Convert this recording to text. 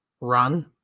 run